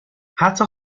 حتی